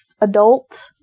adult